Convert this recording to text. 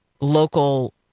local